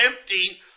empty